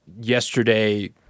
yesterday